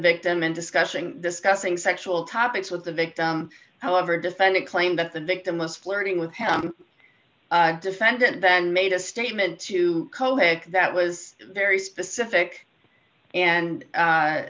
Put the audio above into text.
victim and discussing discussing sexual topics with the victim however defendant claimed that the victim was flirting with the defendant then made a statement to kobe that was very specific and